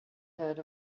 heard